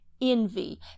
envy